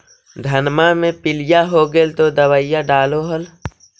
धनमा मे पीलिया हो गेल तो दबैया डालो हल?